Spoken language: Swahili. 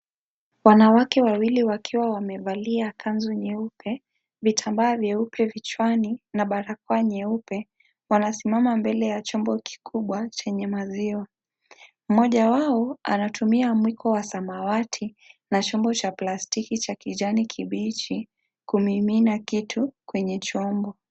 Wanawake wawili wakiwa wamevalia kanzu nyeupe, vitambaa vyeupe vichwani na barakoa nyeupe. Wanasimama mbele ya chombo kikubwa chenye maziwa. Mmoja wao, anatumia mwiko wa samawati na chombo cha plastiki cha kijani kibichi, kumi ina kitu kwenye chombo.